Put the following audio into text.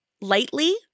lightly